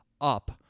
up